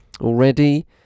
Already